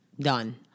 done